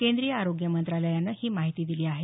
केंद्रीय आरोग्य मंत्रालयानं ही माहिती दिली आहे